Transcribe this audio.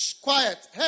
quiet